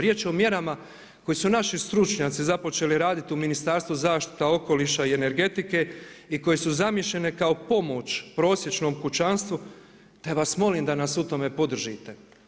Riječ je o mjerama koje su naši stručnjaci započeli raditi u Ministarstvu zaštite okoliša i energetike i koje su zamišljene kao pomoć prosječnom kućanstvu te vas molim da nas u tome podržite.